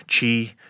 chi